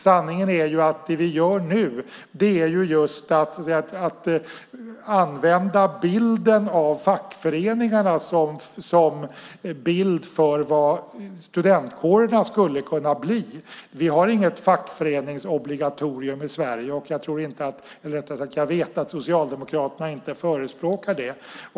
Sanningen är att det vi gör nu är att använda bilden av fackföreningarna som bild för vad studentkårerna skulle kunna bli. Vi har inget fackföreningsobligatorium i Sverige. Jag vet att Socialdemokraterna inte förespråkar det.